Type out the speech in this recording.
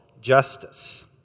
Justice